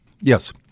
Yes